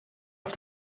auf